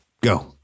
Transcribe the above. go